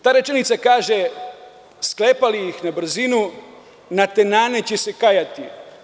Ta rečenica kaže – sklepali ih na brzinu, natenane će se kajati.